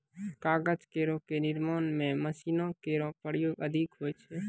कागज केरो निर्माण म मशीनो केरो प्रयोग अधिक होय छै